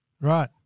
Right